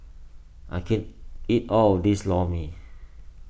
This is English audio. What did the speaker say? I can't eat all of this Lor Mee